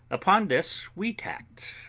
upon this we tacked,